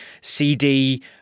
CD